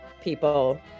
people